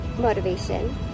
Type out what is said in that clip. motivation